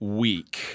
week